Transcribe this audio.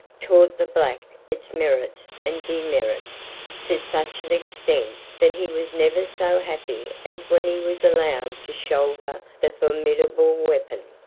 taught the black its merits and demerits to such an extent that he was never so happy as when he was allowed to shoulder the formidable weapon,